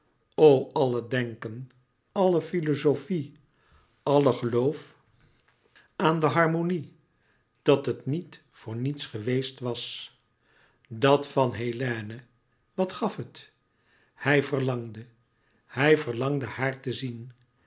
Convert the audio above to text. alle denken alle filozofie alle geloof aan de harmonie dat het niet voor niets geweest was dat van hélène wat gaf het hij verlangde hij verlangde haar te zien